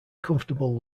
comfortable